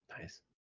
Nice